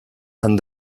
and